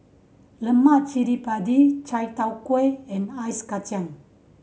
lemak cili padi Chai Tow Kuay and Ice Kachang